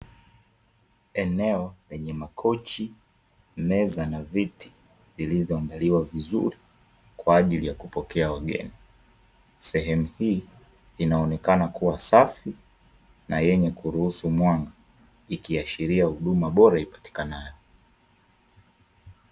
Eneo lenye makochi meza na viti zilizoandaliwa vizuri kwa ajili ya kupokea wageni sehemu hii inaonekana kuwa safi na yenye kuruhusu mwanga ikiashiria huduma bora ipatikanayo.